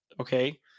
Okay